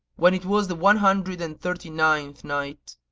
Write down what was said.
when it was the one hundred and thirty-ninth night,